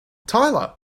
tyler